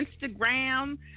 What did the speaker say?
Instagram